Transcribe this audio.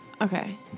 Okay